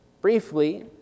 briefly